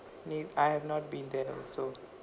ne~ I have not been there also